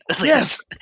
Yes